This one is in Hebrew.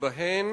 שבהן